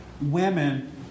women